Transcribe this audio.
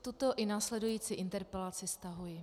Tuto i následující interpelaci stahuji.